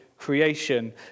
creation